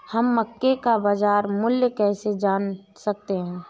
हम मक्के का बाजार मूल्य कैसे जान सकते हैं?